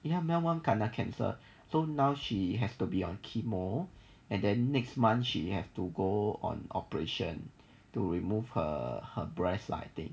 ya mel mum kena cancer so now she has to be on chemo and the next month she have to go on operation to remove her her breast lah I think